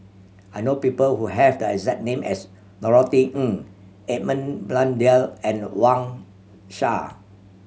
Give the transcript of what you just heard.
I know people who have the exact name as Norothy Ng Edmund Blundell and Wang Sha